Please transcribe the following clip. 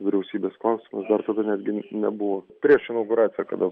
vyriausybė spaus aš dar tada netgi nebuvau prieš inauguraciją kada